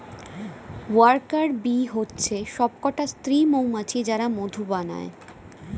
worker bee হচ্ছে সবকটা স্ত্রী মৌমাছি যারা মধু বানায়